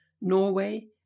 Norway